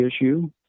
issue